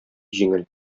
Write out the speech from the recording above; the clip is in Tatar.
җиңел